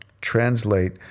translate